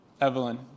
Evelyn